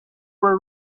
were